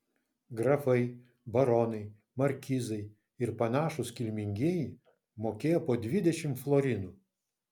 grafai baronai markizai ir panašūs kilmingieji mokėjo po dvidešimt florinų